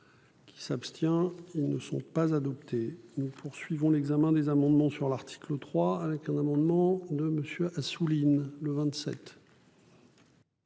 Qui s'abstient. Ils ne sont pas adoptés nous poursuivons l'examen des amendements sur l'article 3 avec un amendement de monsieur Assouline le 27.